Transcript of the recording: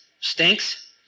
Stinks